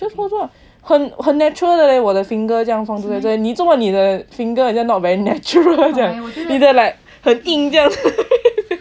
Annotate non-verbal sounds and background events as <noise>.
just 放着啊很 natural 的 eh 我的 finger just its like 做么你的 finger 很像 not very natural 这样你的 like 很硬这样 <laughs>